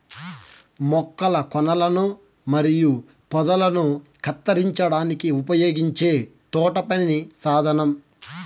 మొక్కల కొనలను మరియు పొదలను కత్తిరించడానికి ఉపయోగించే తోటపని సాధనం